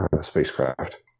spacecraft